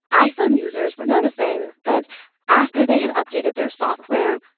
iphone users were noticing that after they had updated their software,